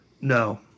No